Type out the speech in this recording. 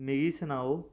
मिगी सनाओ